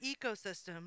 ecosystem